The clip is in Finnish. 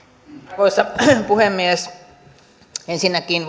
arvoisa puhemies ensinnäkin